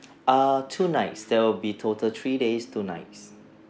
err two nights that will be total three days two nights